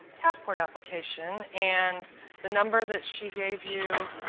passport application. and the number that she gave you,